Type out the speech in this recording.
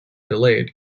delayed